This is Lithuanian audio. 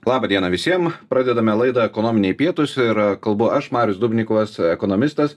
laba diena visiem pradedame laidą ekonominiai pietūs ir kalbu aš marius dubnikovas ekonomistas